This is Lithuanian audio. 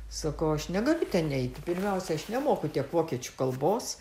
sakau aš negaliu ten eiti pirmiausia aš nemoku tiek vokiečių kalbos